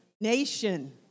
nation